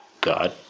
God